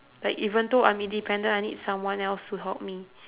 like even though I'm independent I need someone else to help me